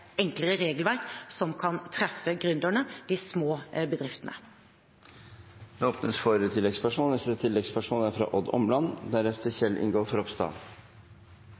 enklere regelverk som kan treffe gründerne og de små bedriftene. Det blir oppfølgingsspørsmål – først Odd Omland.